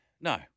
No